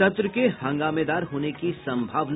सत्र के हंगामेदार होने की सम्भावना